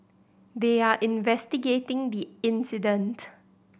they are investigating the incident